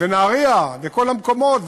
ונהריה וכל המקומות,